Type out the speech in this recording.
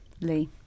lee